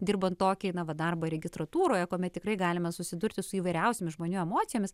dirbant tokį na va darbą registratūroje kuomet tikrai galime susidurti su įvairiausiomis žmonių emocijomis